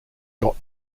got